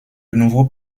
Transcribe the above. nouveau